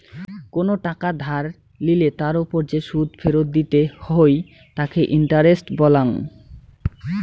কোনো টাকা ধার লিলে তার ওপর যে সুদ ফেরত দিতে হই তাকে ইন্টারেস্ট বলাঙ্গ